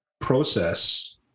process